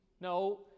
No